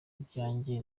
ibyanjye